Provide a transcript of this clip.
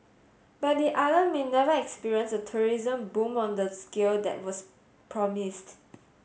but the island may never experience a tourism boom on the scale that was promised